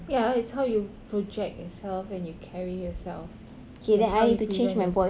ya it's how you project yourself and you carry yourself and how you present yourself